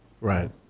Right